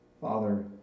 Father